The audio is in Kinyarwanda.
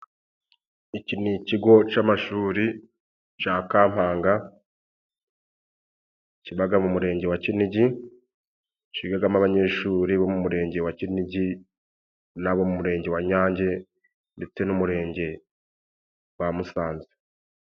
Iki ni ikigo c'amashuri ca Kammpaga kibaga mu murenge wa Kinigi. Kigagamo abanyeshuri bo mu murenge wa Kinigi n'abo mu murenge wa Nyange, ndetse n'umurenge gwa Musanze.